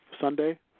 Sunday